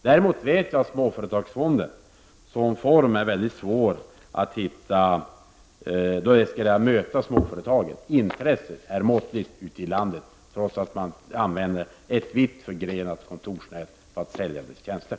Däremot vet jag att Småföretagsfonden som form har mycket svårt att möta småföretagen. Intresset är måttligt ute i landet trots att ett vitt förgrenat kontorsnät används för att sälja dess tjänster.